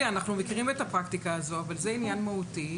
אנחנו מכירים את הפרקטיקה הזאת אבל זה עניין מהותי.